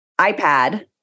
iPad